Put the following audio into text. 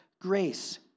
grace